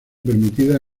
permitida